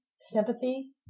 sympathy